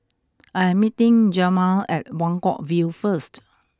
I am meeting Jemal at Buangkok View first